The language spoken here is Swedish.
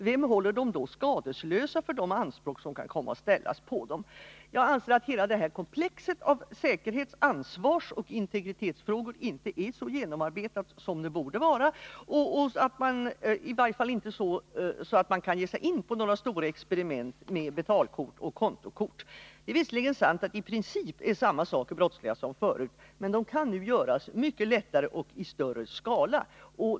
Vem håller dessa människor skadeslösa för de anspråk som kan komma att ställas på dem? Jag anser att hela detta komplex av säkerhets-, ansvarsoch integritetsfrågor inte är så genomarbetat som det borde vara, i varje fall inte så att man kan ge sig in på några stora experiment med betalkort och kontokort. Det är visserligen sant att i princip är samma saker som förut brottsliga, men brotten kan göras mycket lättare och i större skala.